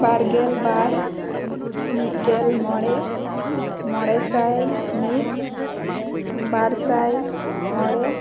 ᱵᱟᱨᱜᱮᱞ ᱵᱟᱨ ᱢᱤᱫ ᱜᱮᱞ ᱢᱚᱬᱮ ᱢᱚᱬᱮᱥᱟᱭ ᱢᱤᱫ ᱵᱟᱨᱥᱟᱭ ᱢᱚᱬᱮ